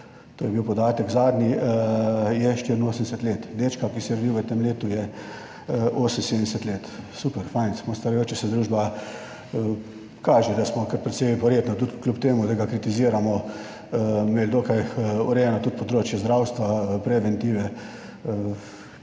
to je bil podatek, zadnji je 84 let. Dečka, ki se je rodil v tem letu, je 78 let. Super, fajn, smo starajoča se družba, kaže, da smo kar precej verjetno tudi kljub temu, da ga kritiziramo imeli dokaj urejeno tudi področje zdravstva, preventive